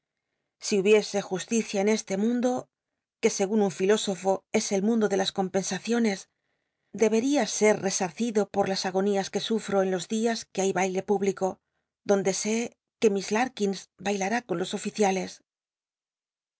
si hubiese justicia en este mundo que segun un filósofo es el mundo de las compensaciones debería ser tesarcid o por las agonías que sufto en los dias que hay baile público donde sé que miss lnl'lins bailm i con los ofiéiales